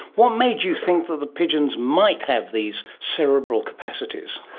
what made you think that the pigeons might have these cerebral capacities?